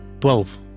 Twelve